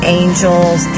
angels